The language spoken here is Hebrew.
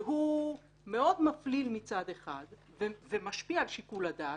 שהוא מאוד מפליל מצד אחד ומשפיע על שיקול הדעת,